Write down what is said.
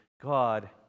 God